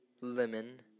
Lemon